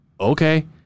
okay